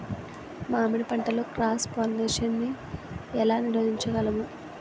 మామిడి పంటలో cross pollination నీ ఏల నీరోధించగలము?